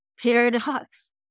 Paradox